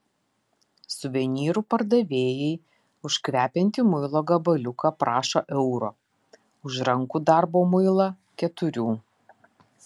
suvenyrų pardavėjai už kvepiantį muilo gabaliuką prašo euro už rankų darbo muilą keturių